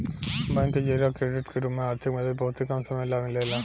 bank के जरिया credit के रूप में आर्थिक मदद बहुते कम समय ला मिलेला